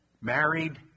married